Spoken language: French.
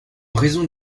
raison